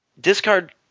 discard